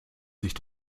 sich